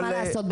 מה לעשות,